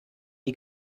die